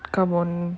come on